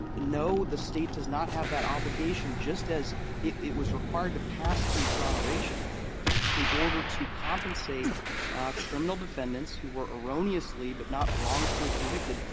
no, the state does not have that obligation. just as it was required to pass the exoneration act in order to compensate criminal defendants who were erroneously but not wrongfully convicted,